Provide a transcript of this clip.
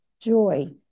joy